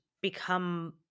become